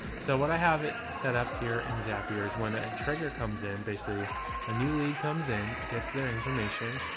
so what i have it set up here in zapier's when a trigger comes in, basically a new lead comes in, gets their information,